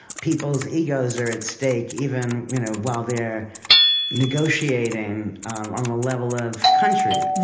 people's egos are at stake, even you know while they're negotiating on on the level of countries,